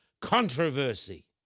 controversy